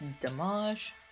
damage